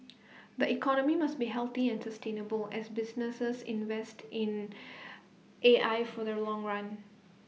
the economy must be healthy and sustainable as businesses invest in A I for the long run